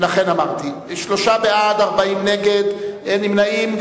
שלושה בעד, 40 נגד, אין נמנעים.